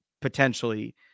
potentially